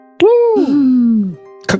Woo